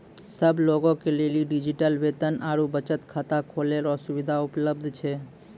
सब लोगे के लेली डिजिटल वेतन आरू बचत खाता खोलै रो सुविधा उपलब्ध छै